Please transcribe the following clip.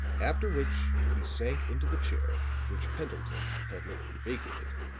after which he sank into the chair which pendleton had lately vacated.